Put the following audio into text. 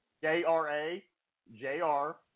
J-R-A-J-R